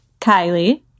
Kylie